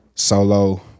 Solo